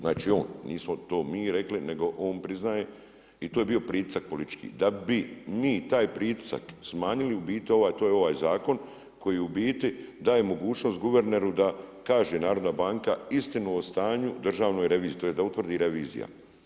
Znači, on, nismo to mi rekli, nego on priznaje i to je bio pritisak politički, da bi mi taj pritisak smanjili, u biti to je ovaj zakon, koji u biti daje mogućnost guverneru, da kaže Narodna banka istinu o stanju Držane revizije, da utvrdi reviziju.